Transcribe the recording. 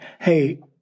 hey